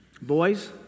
Boys